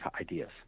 ideas